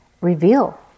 reveal